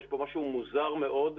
יש כאן משהו מוזר מאוד.